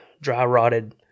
dry-rotted